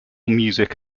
music